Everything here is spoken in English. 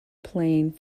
playing